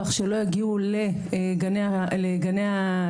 כך שלא יגיעו לגני התת"ח,